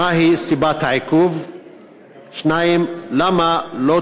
1. מה היא סיבת העיכוב?